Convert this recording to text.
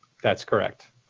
that's correct.